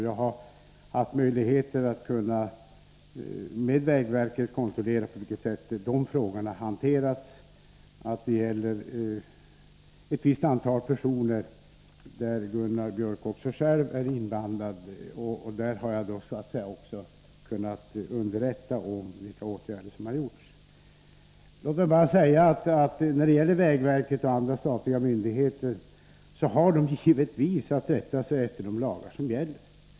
Jag har haft möjligheter att hos vägverket kontrollera på vilket sätt dessa frågor hanterats. Det gäller ett visst antal personer, där Gunnar Biörck själv är inblandad. Jag har också kunnat underrätta om vilka åtgärder som har vidtagits. Vägverket och andra statliga myndigheter har givetvis att rätta sig efter de lagar som gäller.